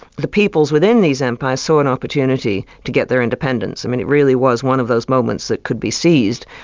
the peoples within these empires saw an opportunity to get their independence. i mean it really was one of those moments that could be seized,